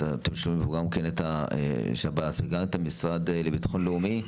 אתם שומעים פה גם את השב"ס וגם את המשרד לביטחון לאומי,